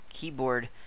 keyboard